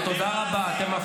איך אתה מחייך.